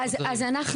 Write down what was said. על ידי מורות.